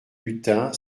hutin